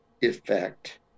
effect